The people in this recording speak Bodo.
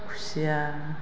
खुसिया